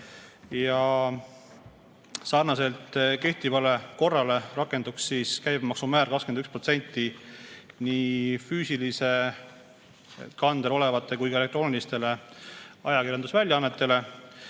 Sarnaselt kehtiva korraga rakenduks käibemaksumäär 21% nii füüsilisel kandjal olevate kui ka elektrooniliste ajakirjandusväljaannete